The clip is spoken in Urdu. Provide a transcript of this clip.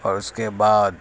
اور اس کے بعد